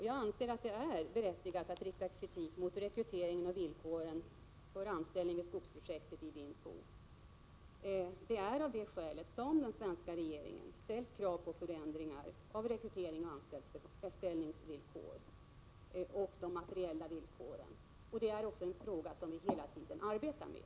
Jag anser att det är riktigt att rikta kritik mot rekryteringen och villkoren för anställning i skogsprojektet i Vinh Phu. Det är av det skälet den svenska regeringen ställt krav på ändringar i rekrytering och anställningsvillkor och de materiella villkoren. Det är en fråga vi hela tiden arbetar med.